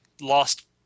lost –